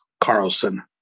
Carlson